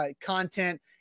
content